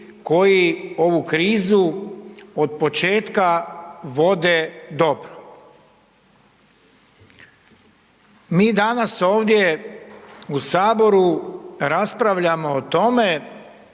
koji ovu krizu od početka vode dobro. Mi danas ovdje u saboru raspravljamo o tome